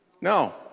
No